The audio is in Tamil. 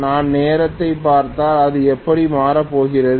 நான் நேரத்தைப் பார்த்தால் இது எப்படி மாறப்போகிறது